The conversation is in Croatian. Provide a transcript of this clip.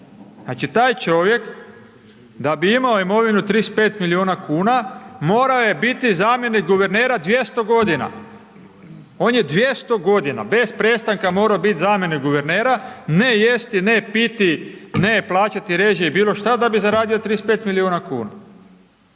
Znači, taj čovjek da bi imao imovinu 35 milijuna kuna morao je biti zamjenik guvernera 200.g., on je 200.g. bez prestanka morao biti zamjenik guvernera, ne jesti, ne piti, ne plaćati režije i bilo šta da bi zaradio 35 milijuna kuna.